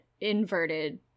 inverted